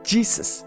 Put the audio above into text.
Jesus